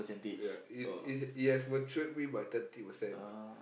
ya it it it has matured me by thirty percent